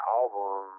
album